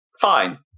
fine